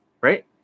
right